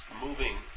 moving